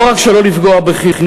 לא רק שלא לפגוע בחינוך,